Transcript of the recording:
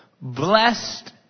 blessed